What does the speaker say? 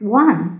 one